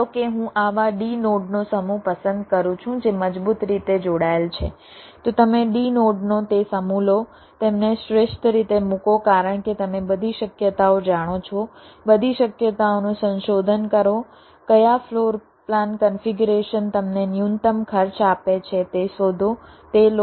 ધારો કે હું આવા d નોડનો સમૂહ પસંદ કરું છું જે મજબૂત રીતે જોડાયેલ છે તો તમે d નોડનો તે સમૂહ લો તેમને શ્રેષ્ઠ રીતે મૂકો કારણ કે તમે બધી શક્યતાઓ જાણો છો બધી શક્યતાઓનું સંશોધન કરો કયા ફ્લોર પ્લાન કન્ફિગરેશન તમને ન્યૂનતમ ખર્ચ આપે છે તે શોધો તે લો